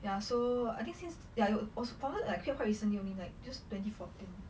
ya so I think since ya was founded quite recently only like just twenty fourteen